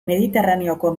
mediterraneoko